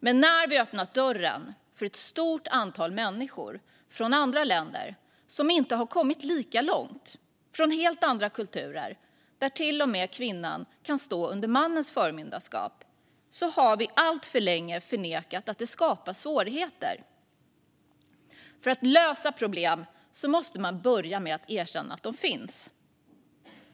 Men vi har öppnat dörren för ett stort antal människor från andra länder som inte har kommit lika långt. Det är helt andra kulturer, där kvinnan till och med kan stå under mannens förmyndarskap. Vi har alltför länge förnekat att detta skapar svårigheter. Om man ska kunna lösa problem måste man börja med att erkänna att de finns.